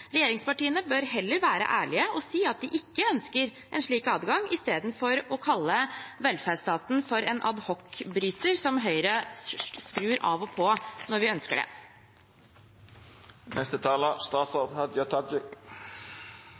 Regjeringspartiene bør heller være ærlige og si at de ikke ønsker en slik adgang, i stedet for å kalle velferdsstaten en adhocbryter som Høyre skrur av og på når vi ønsker det.